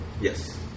Yes